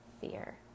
fear